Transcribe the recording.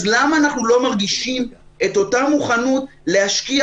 אז למה אנחנו לא מרגישים את אותה מוכנות להשקיע